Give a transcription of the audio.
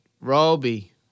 Roby